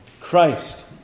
Christ